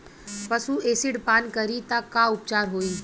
पशु एसिड पान करी त का उपचार होई?